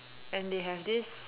and they have this